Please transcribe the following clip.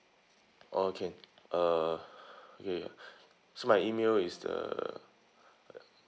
oh can uh okay so my email is uh